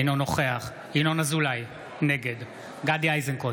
אינו נוכח ינון אזולאי, נגד גדי איזנקוט,